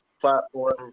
platform